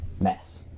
mess